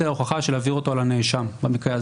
ההוכחה של להעביר אותו לנאשם במקרה הזה.